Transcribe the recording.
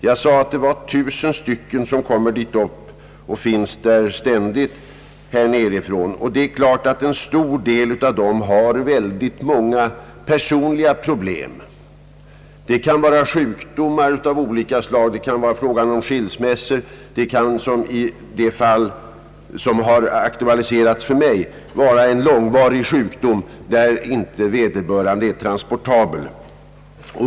Jag nämnde att det var tusen ungdomar som kommit dit upp, och där finns ständigt så många här nerifrån, En stor del av dessa har själv fallet många personliga problem. Det kan vara fråga om sjukdomar av olika slag, skilsmässor eller, som i det fall som har aktualiserats för mig, en långvarig sjukdom där vederbörande inte är transportabel.